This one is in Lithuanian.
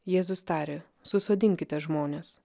jėzus tarė susodinkite žmones